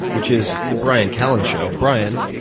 which is the bryan callen show. bryan,